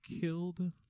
killed